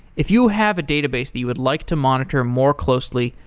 if you have a database that you would like to monitor more closely,